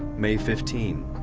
may fifteen,